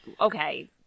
okay